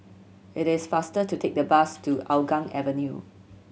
it is faster to take the bus to Hougang Avenue